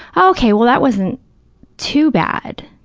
ah okay, well, that wasn't too bad.